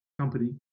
company